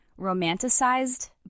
romanticized